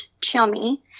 Chummy